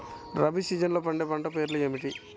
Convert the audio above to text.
రబీ సీజన్లో పండే పంటల పేర్లు ఏమిటి?